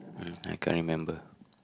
I can't remember